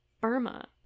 Burma